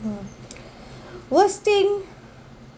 mm worst thing